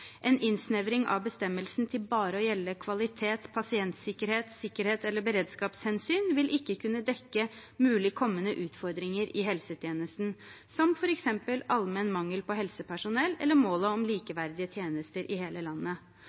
En innsnevring av bestemmelsen til bare å gjelde kvalitet, pasientsikkerhet, sikkerhet eller beredskapshensyn vil ikke kunne dekke mulige kommende utfordringer i helsetjenesten, som f.eks. allmenn mangel på helsepersonell eller målet om likeverdige tjenester i hele landet.